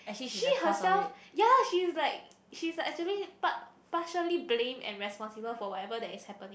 she herself ya she's like she's actually part~ partially blamed and responsible for whatever that is happening